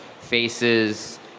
faces